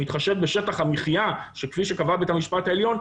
שמתחשב בשטח המחיה כפי שקבע שבית המשפט העליון,